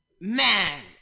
man